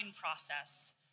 process